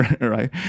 right